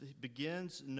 begins